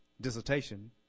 dissertation